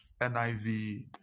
NIV